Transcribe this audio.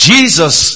Jesus